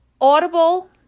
Audible